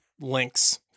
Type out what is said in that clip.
links